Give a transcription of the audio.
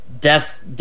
Death